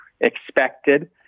expected